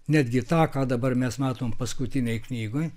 netgi tą ką dabar mes matom paskutinėj knygoj